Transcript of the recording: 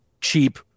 cheap